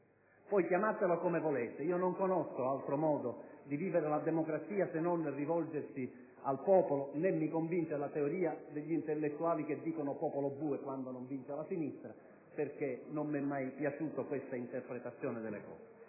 Chiamatelo come volete, ma io non conosco altro modo di vivere la democrazia se non rivolgendosi al popolo; né mi convince la teoria degli intellettuali che parlano di «popolo bue» quando non vince la sinistra, perché non mi è mai piaciuta questa interpretazione dei fatti.